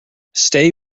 stay